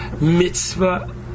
mitzvah